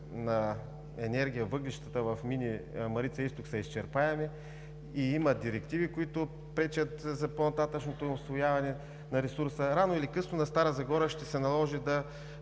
на енергия – въглищата в Мини „Марица изток“ са изчерпаеми и има директиви, които пречат за по нататъшното усвояване на ресурса. Рано или късно на Стара Загора ще се наложи да